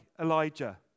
Elijah